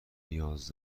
نیاز